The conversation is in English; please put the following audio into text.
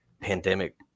pandemic